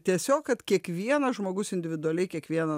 tiesiog kad kiekvienas žmogus individualiai kiekvieną